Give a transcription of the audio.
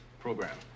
program